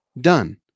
Done